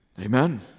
Amen